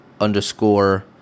underscore